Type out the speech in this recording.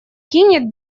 кинет